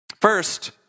First